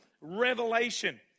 revelation